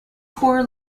poor